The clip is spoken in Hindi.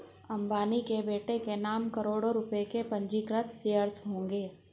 अंबानी के बेटे के नाम करोड़ों रुपए के पंजीकृत शेयर्स होंगे